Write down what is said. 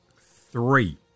three